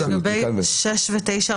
לגבי 6 ו-9,